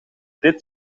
dit